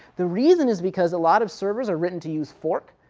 the reason is because a lot of servers are written to use fork,